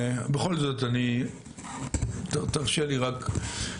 בכל זאת אני תרשה לי רק לרגע,